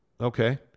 okay